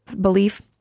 belief